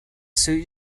suit